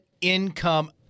income